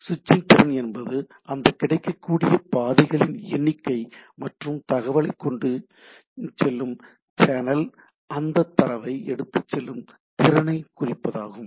சுவிட்சிங் திறன் என்பது அந்த கிடைக்கக்கூடிய பாதைகளின் எண்ணிக்கை மற்றும் தகவலை கொண்டு செல்லும் சேனல் அந்த தரவை எடுத்துச் செல்லும் திறனைக் குறிப்பதாகும்